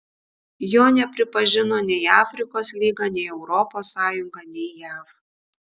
jo nepripažino nei afrikos lyga nei europos sąjunga nei jav